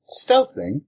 stealthing